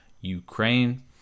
Ukraine